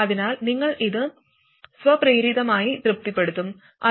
അതിനാൽ നിങ്ങൾ ഇത് സ്വപ്രേരിതമായി തൃപ്തിപ്പെടുത്തുo